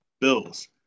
Bills